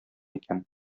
икән